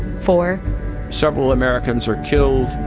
four several americans are killed